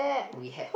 we had